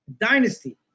Dynasty